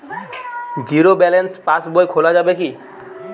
Zero balance passbook খোলা যাবে কি?